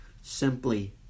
simply